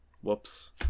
whoops